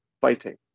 fighting